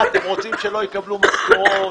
מה, אתם רוצים שלא יקבלו משכורות?